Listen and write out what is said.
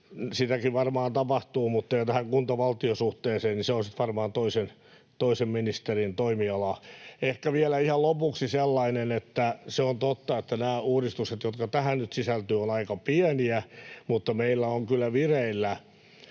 sitäkin varmaan tapahtuu — ja tähän kunta—valtio-suhteeseen: se on varmaan toisen ministerin toimialaa. Ehkä vielä ihan lopuksi sellainen, että se on totta, että nämä uudistukset, jotka tähän nyt sisältyvät, ovat aika pieniä, mutta meillä on kyllä vireillä